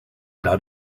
not